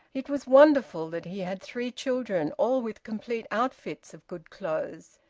it was wonderful that he had three children, all with complete outfits of good clothes.